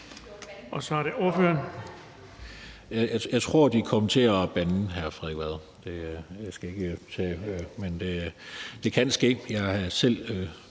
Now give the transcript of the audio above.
Steffen Larsen (LA): Jeg tror, De kom til at bande, hr. Frederik Vad. Det kan ske; jeg har selv